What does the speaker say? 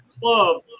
club